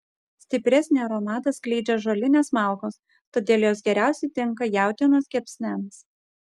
stipresnį aromatą skleidžia ąžuolinės malkos todėl jos geriausiai tinka jautienos kepsniams